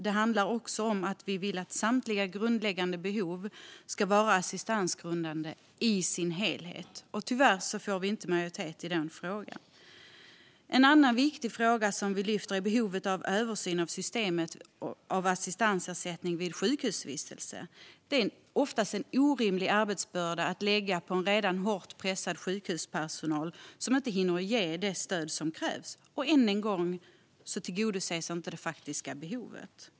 Det handlar också om att samtliga grundläggande behov ska vara assistansgrundande i sin helhet. Tyvärr får vi inte majoritet i den frågan. En annan viktig fråga för oss är behovet av en översyn av systemet med assistansersättning vid sjukhusvistelse. Ofta är det en orimlig arbetsbörda att lägga på en redan hårt pressad sjukhuspersonal, som inte hinner ge det stöd som krävs. Än en gång tillgodoses inte det faktiska behovet.